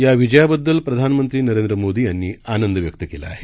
या विजयाबद्दल प्रधानमंत्री नरेंद्र मोदी यांनी आनंद व्यक्त केला आहे